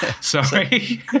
Sorry